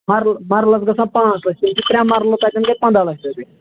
مرلہٕ مرلس گَژھان پانٛژھ لَچھ تِم چھِ ترٛےٚ مرلہٕ تَتٮ۪ن گٔے پنٛداہ لَچھ رۄپیہِ